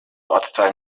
ortsteil